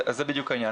זה בדיוק העניין,